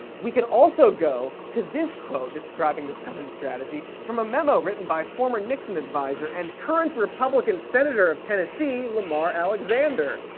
we can also go to this quote describing the southern strategy from a memo written by former nixon advisor and current republican senator of tennessee lamar alexander.